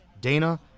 Dana